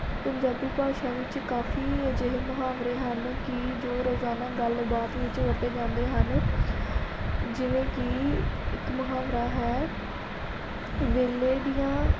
ਪੰਜਾਬੀ ਭਾਸ਼ਾ ਵਿੱਚ ਕਾਫ਼ੀ ਅਜਿਹੇ ਮੁਹਾਵਰੇ ਹਨ ਕਿ ਜੋ ਰੋਜ਼ਾਨਾ ਗੱਲਬਾਤ ਵਿੱਚ ਵਰਤੇ ਜਾਂਦੇ ਹਨ ਜਿਵੇਂ ਕਿ ਇੱਕ ਮੁਹਾਵਰਾ ਹੈ ਵੇਲੇ ਦੀਆਂ